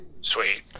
sweet